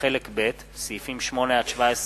דני דנון, ציפי חוטובלי,